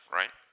right